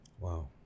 Wow